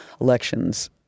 elections